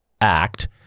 act